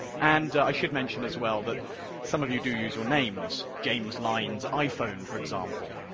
and i should mention as well that some of you do use your names, james lyne's iphone, for example.